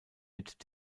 mit